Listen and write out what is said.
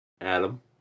Adam